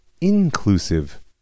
inclusive